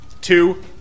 Two